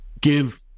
give